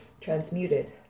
transmuted